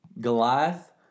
Goliath